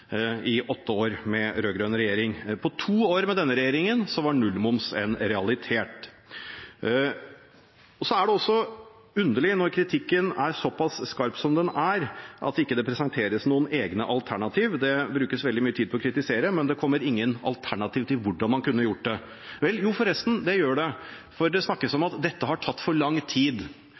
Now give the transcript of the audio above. også underlig, når kritikken er såpass skarp som den er, at det ikke presenteres noen egne alternativ. Det brukes veldig mye tid på å kritisere, men det kommer ikke noe alternativ til hvordan man kunne ha gjort det. Jo, forresten, det gjør det, for det snakkes om at dette har tatt for lang tid.